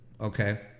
okay